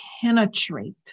penetrate